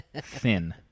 Thin